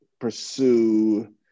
pursue